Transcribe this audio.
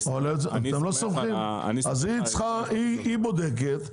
היא בודקת,